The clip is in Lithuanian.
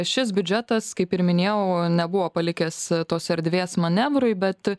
šis biudžetas kaip ir minėjau nebuvo palikęs tos erdvės manevrui bet